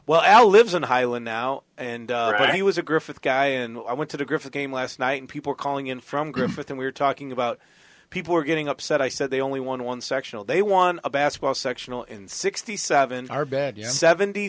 well lives in highland now and he was a griffith guy and i went to the griffith game last night and people calling in from griffith and we were talking about people were getting upset i said they only won one sectional they won a basketball sectional in sixty seven are bad you know seventy